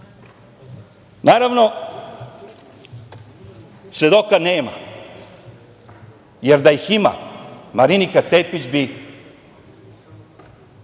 mesta. Naravno, svedoka nema, jer da ih ima Marinika Tepić bi